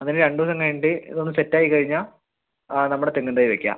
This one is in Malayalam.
അങ്ങനെ രണ്ട് ദിവസം കഴിഞ്ഞിട്ട് ഇത് ഒന്ന് സെറ്റ് ആയിക്കഴിഞ്ഞാൽ നമ്മുടെ തെങ്ങിൻ തൈ വയ്ക്കാം